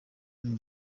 jyewe